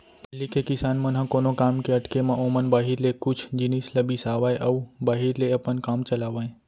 पहिली के किसान मन ह कोनो काम के अटके म ओमन बाहिर ले कुछ जिनिस ल बिसावय अउ बाहिर ले अपन काम चलावयँ